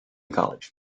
college